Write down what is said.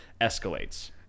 escalates